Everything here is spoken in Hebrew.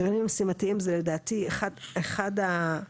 הגרעינים המשימתיים זה לדעתי אחד --- רק